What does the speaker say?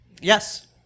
Yes